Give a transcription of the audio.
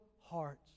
hearts